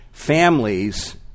Families